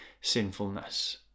sinfulness